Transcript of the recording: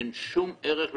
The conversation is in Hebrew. אין שום ערך למפגש,